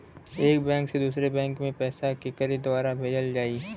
एक बैंक से दूसरे बैंक मे पैसा केकरे द्वारा भेजल जाई?